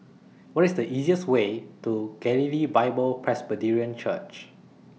What IS The easiest Way to Galilee Bible Presbyterian Church